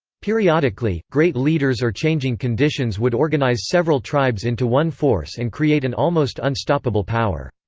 periodically, great leaders or changing conditions would organize several tribes into one force and create an almost unstoppable power.